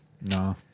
no